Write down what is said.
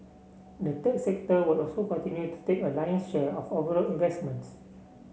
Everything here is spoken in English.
the tech sector will also continue to take a lion share of overall investments